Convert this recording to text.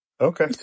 Okay